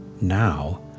Now